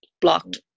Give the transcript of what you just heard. Blocked